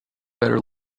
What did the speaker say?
better